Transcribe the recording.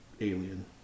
alien